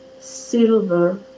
silver